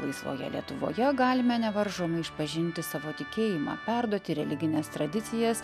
laisvoje lietuvoje galime nevaržomai išpažinti savo tikėjimą perduoti religines tradicijas